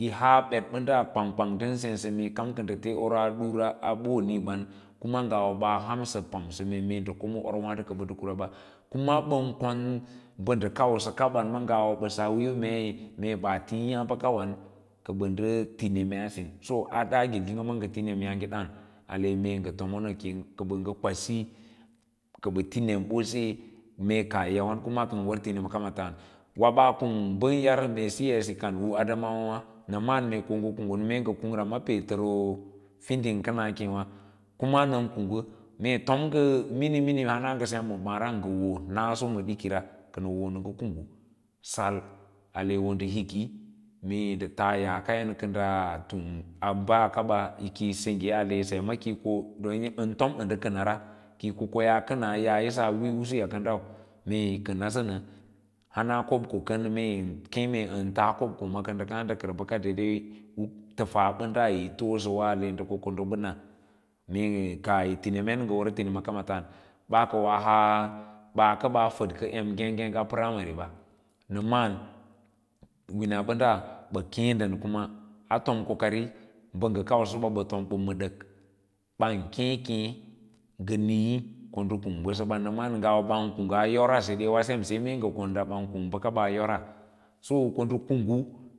Yi haa ɓədbədan kwang-w-kwang ndən sensə kam kənɗə tee oro a cire a ɓon ban kama ngasa a hansə pamsə mee ndə ko ma or wǎǎdo kə ɓə ndən kwasiɓau kuna ɓən kou bubəka ɓa ngawa ɓəaas wííyo meci mee ɓaa tǐǐ yaã bəkawan kə ɓə ndə ti nemaa sin bo a ɗage ngiĩga ma ngə li nemyaãge ɗaãn ale mee ngə tomonə kə ɓə kwasí kə ti nem ɓose mee kaah yawan kuma kər wər tinima kama taan wâ ɓaa kung cac n adamawa wā nə ma’an̄ ko ngə kunggun mee ngə kungra pae təroo fiding kənas kěěwa kuna ən kunggu mee tom ngə minimini hara ngə sem ma ɓaã ra naso ngə woa dikira kə nə wo nə kanggu sal ale wo ndə hikí mue ndə tas yaa kayau kən daa tuwo a ɓaa kaba saye ma kiyi kua ɓən fom ndə kənara ko kayaa kəna yaa yisas wíí usuya kənɗau mee yi kənsasənə hana kob ko kən mee keẽ ən taa kob ko ma kə ndə kaã ndə kər bəka daidai u təfasbara yi toobəwa ale ndə ko ko ndə bəna mee kaah yi tinemen ngə wər tinima kams taan baa wos haa ɓaa kə ɓaa fədkə em ngêk ngêk a primaru ɓa nə ma’ān wina ɓada ɓə keẽ ndən kuma a fom ko kari bə ɓə kau səba bən keẽ keẽ ngə niĩ ko ndə kung bəsəba nə ma’an̄ ngawa ɓan kwagaa yora seɗe k ndə kungga yora.